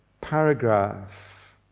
paragraph